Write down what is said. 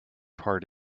part